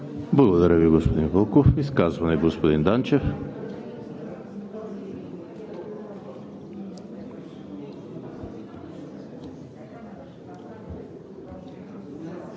Благодаря Ви, господин Вълков. Изказване – господин Данчев.